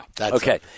Okay